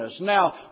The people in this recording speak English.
Now